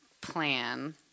plan